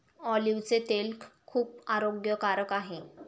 ऑलिव्हचे तेल खूप आरोग्यकारक आहे